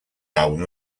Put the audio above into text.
album